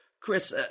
Chris